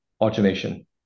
automation